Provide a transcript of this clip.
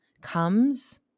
comes